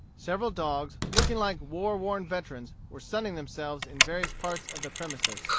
several dogs, looking like war-worn veterans, were sunning themselves in various parts of the premises.